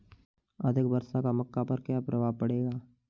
अधिक वर्षा का मक्का पर क्या प्रभाव पड़ेगा?